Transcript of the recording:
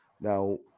Now